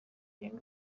iranga